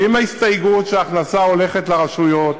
עם ההסתייגות שההכנסה הולכת לרשויות,